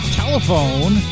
telephone